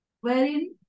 wherein